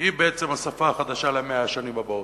היא בעצם השפה החדשה ל-100 השנים הבאות.